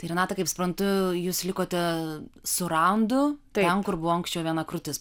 tai renata kaip suprantu jūs likote su randu ten kur buvo anksčiau viena krūtis